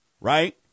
right